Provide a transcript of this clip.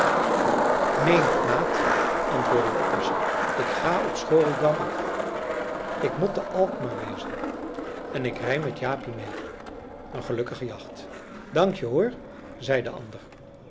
neen maat antwoordde de oppasser ik ga op schoorldam af ik mot te alkmaar wezen en ik rij met jaapie mee een gelukkige jacht dankje hoor zei de ander